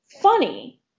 funny